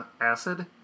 acid